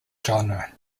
genre